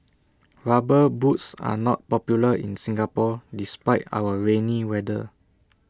rubber boots are not popular in Singapore despite our rainy weather